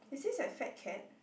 is this a Fatcat